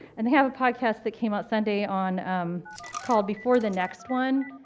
and they have a podcast that came out sunday on called before the next one,